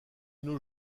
nos